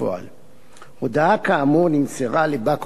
הודעה כאמור נמסרה לבא כוחו של הרב אליהו.